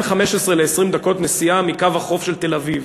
בין 15 ל-20 דקות נסיעה מקו החוף של תל-אביב.